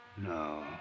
No